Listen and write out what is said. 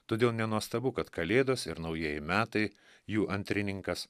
todėl nenuostabu kad kalėdos ir naujieji metai jų antrininkas